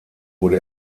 wurde